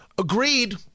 Agreed